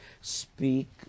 speak